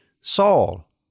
Saul